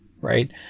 right